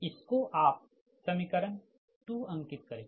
इसको आप समीकरण 2 अंकित करें